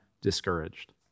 discouraged